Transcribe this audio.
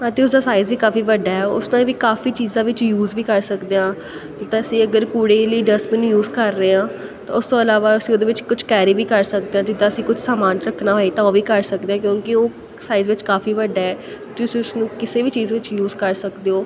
ਅਤੇ ਉਸ ਦਾ ਸਾਈਜ਼ ਵੀ ਕਾਫੀ ਵੱਡਾ ਹੈ ਉਸ ਦਾ ਵੀ ਕਾਫੀ ਚੀਜ਼ਾਂ ਵਿੱਚ ਯੂਜ਼ ਵੀ ਕਰ ਸਕਦੇ ਹਾਂ ਤਾਂ ਅਸੀਂ ਅਗਰ ਕੂੜੇ ਲਈ ਡਸਟਬਿਨ ਯੂਜ਼ ਕਰ ਰਹੇ ਹਾਂ ਤਾਂ ਉਸ ਤੋਂ ਇਲਾਵਾ ਅਸੀਂ ਉਹਦੇ ਵਿੱਚ ਕੁਝ ਕੈਰੀ ਵੀ ਕਰ ਸਕਦੇ ਹਾਂ ਜਿੱਦਾਂ ਅਸੀਂ ਕੁਝ ਸਮਾਨ ਰੱਖਣਾ ਹੋਏ ਤਾਂ ਉਹ ਵੀ ਕਰ ਸਕਦੇ ਹਾਂ ਕਿਉਂਕਿ ਉਹ ਸਾਈਜ਼ ਵਿੱਚ ਕਾਫੀ ਵੱਡਾ ਹੈ ਤੁਸੀਂ ਉਸ ਨੂੰ ਕਿਸੇ ਵੀ ਚੀਜ਼ ਵਿੱਚ ਯੂਜ਼ ਕਰ ਸਕਦੇ ਹੋ